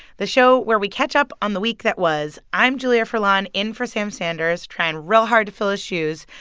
the show where we catch up on the week that was. i'm julia furlan in for sam sanders, trying real hard to fill his shoes.